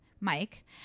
Mike